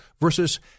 versus